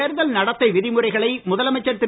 தேர்தல் நடத்தை விதிமுறைகளை முதலமைச்சர் திரு